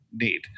need